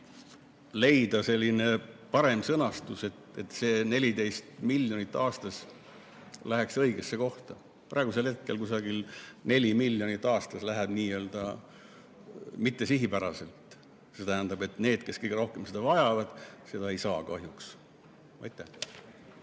leida selline parem sõnastus, et see 14 miljonit aastas läheks õigesse kohta. Praegusel hetkel kusagil 4 miljonit aastas läheb [kuhugi] nii-öelda mittesihipäraselt, see tähendab, et need, kes kõige rohkem seda vajavad, seda ei saa kahjuks. Aitäh!